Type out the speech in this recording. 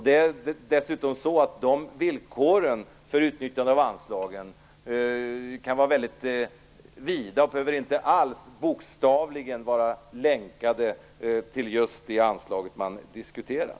Det är dessutom så att villkoren för utnyttjande av anslagen kan vara väldigt vida och inte alls behöver vara bokstavligen länkade till just det anslag man diskuterar.